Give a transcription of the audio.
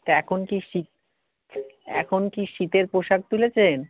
তা এখন কি শীত এখন কি শীতের পোশাক তুলেছেন